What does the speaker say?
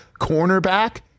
cornerback